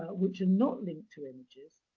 which are not linked to images,